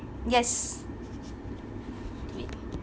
yes wait